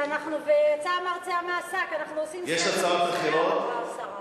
ויצא המרצע מהשק, יש הצעות אחרות?